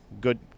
good